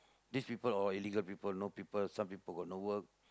these people all illegal people you know people some people got no work